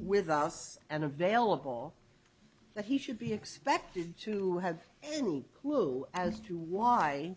with us and available that he should be expected to have an clue as to why